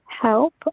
help